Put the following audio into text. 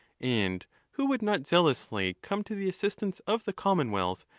and who would not zealously come to the assistance of the commonwealth,